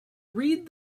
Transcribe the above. read